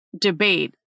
debate